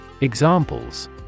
Examples